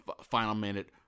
final-minute